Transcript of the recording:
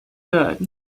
good